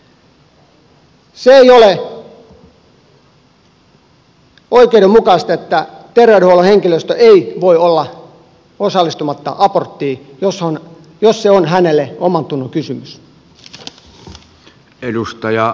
se ei ole oikeudenmukaista että terveydenhuollon henkilö ei voi olla osallistumatta aborttiin jos se on hänelle omantunnon kysymys